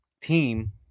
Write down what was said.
team